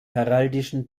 heraldischen